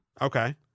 Okay